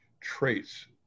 traits